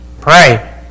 Pray